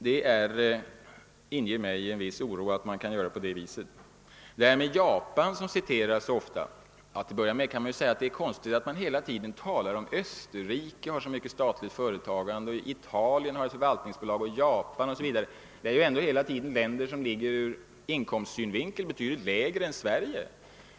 Det inger mig oro att man kan göra på det viset. Japan åberopas ofta. För övrigt vill jag säga att det är konstigt att man ofta säger att Österrike har ett stort statligt företagande, att Italien har ett staligt förvaltningsbolag, o.s.v. Det är länder som tillsammans med Japan i inkomsthänseende befinner sig betydligt lägre än Sverige.